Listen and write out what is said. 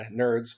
nerds